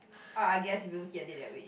ah I guess if you looking at it that way